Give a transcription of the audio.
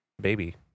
baby